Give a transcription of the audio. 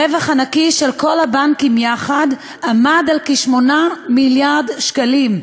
הרווח הנקי של כל הבנקים יחד עמד על כ-8 מיליארד שקלים,